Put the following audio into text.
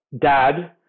dad